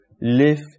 live